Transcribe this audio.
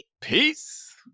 Peace